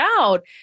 out